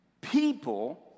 People